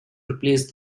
replace